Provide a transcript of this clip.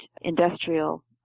industrial